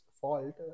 fault